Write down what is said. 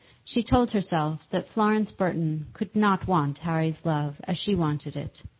she told herself that florence burton could not want harry's love as she wanted it.